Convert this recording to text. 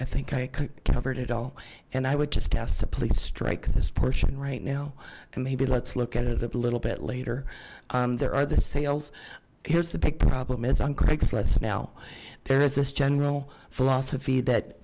i think i covered it all and i would just pass the police strike this portion right now and he let's look at it a little bit later on there are the sales here's the big problem is on craigslist now there is this general philosophy that